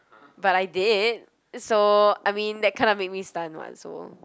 but I did so I mean that kind of made me stun [what] so